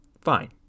Fine